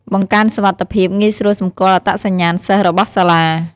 បង្កើនសុវត្ថិភាព ងាយស្រួលសម្គាល់អត្តសញ្ញាណសិស្សរបស់សាលា។